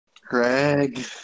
Craig